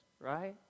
right